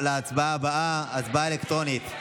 ההצבעות הבאות יהיו אלקטרוניות.